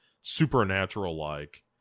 supernatural-like